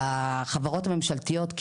בחברות הממשלתיות,